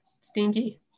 stinky